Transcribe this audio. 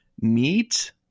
neat